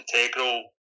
integral